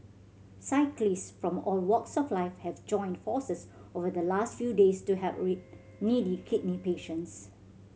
cyclist from all walks of life have joined forces over the last few days to help needy kidney patients